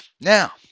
Now